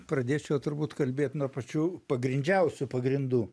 pradėčiau turbūt kalbėt nuo pačių pagrindžiausių pagrindų